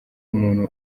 umuntu